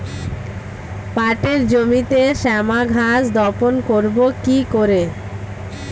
পাটের জমিতে শ্যামা ঘাস দমন করবো কি করে?